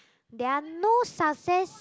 there are no success